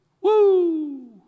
Woo